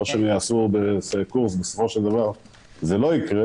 לא שהם יעשו קורס ובסופו של דבר זה לא יקרה.